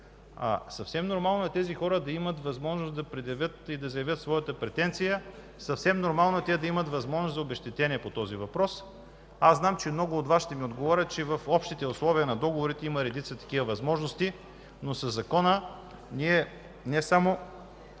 Съвсем нормално е тези хора да имат възможност да предявят и заявят своята претенция. Съвсем нормално е те да имат възможност за обезщетения по този въпрос. Знам, че много от Вас ще ми отговорят, че в общите условия на договорите има редица такива възможности, но със Закона ние не само,